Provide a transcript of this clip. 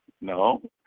no